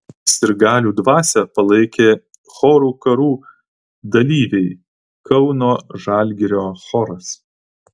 sirgalių dvasią palaikė chorų karų dalyviai kauno žalgirio choras